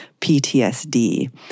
PTSD